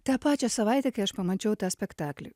tą pačią savaitę kai aš pamačiau tą spektaklį